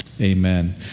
Amen